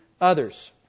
others